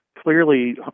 Clearly